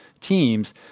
teams